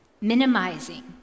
Minimizing